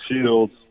shields